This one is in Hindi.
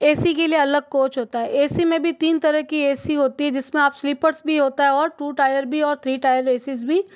ए सी के लिए अलग कोच होता है ए सी में भी तीन तरह की ए सी होती है जिसमें आप स्लिपर्स भी होता है और टू टायर भी और थ्री टायर ए सीज़ भी